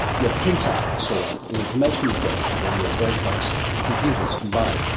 your printouts or the information you've got or your very fast computers combined,